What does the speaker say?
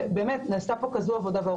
נעשתה הרבה עבודה.